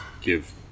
give